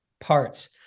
parts